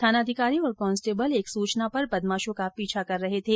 थानाधिकारी और कांस्टेबल एक सूचना पर बदमाशों का पीछा कर रहे थे